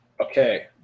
Okay